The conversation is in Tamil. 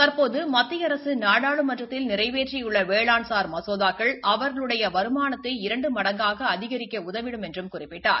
தற்போது மத்திய அரசு நாடாளுமன்றத்தில் நிறைவேற்றியுள்ள வேளாண்சார் மசோதாக்கள் அவர்களுடைய வருமானத்தை இரண்டு மடங்காக அதிகரிக்க உதவிடும் என்று குறிப்பிட்டார்